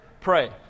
pray